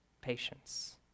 Patience